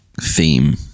theme